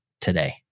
today